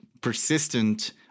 persistent